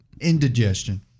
indigestion